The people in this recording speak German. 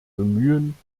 bemühen